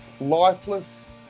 lifeless